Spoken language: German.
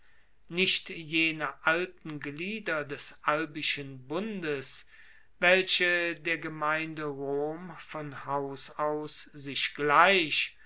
nicht jene alten glieder des albischen bundes welche der gemeinde rom von haus aus sich gleich